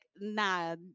nah